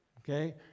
Okay